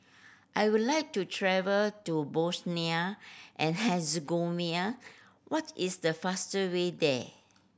I would like to travel to Bosnia and Herzegovina what is the faster way there